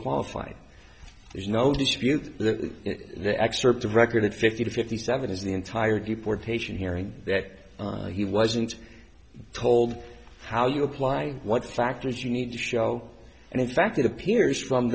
qualified there's no dispute the excerpt of record fifty to fifty seven is the entire deportation hearing that he wasn't told how you apply what factors you need to show and in fact it appears from